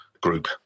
Group